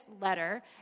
letter